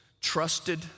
trusted